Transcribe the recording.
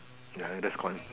ya that's cons